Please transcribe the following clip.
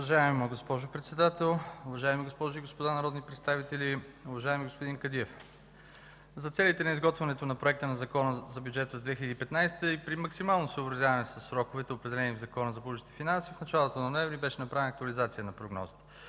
Уважаема госпожо Председател, уважаеми госпожи и господа народни представители! Уважаеми господин Кадиев, за целите на изготвянето на проекта на Закона за бюджета за 2015 г. и при максимално съобразяване със сроковете, определени в Закона за публичните финанси, в началото на месец ноември беше направена актуализация на прогнозата.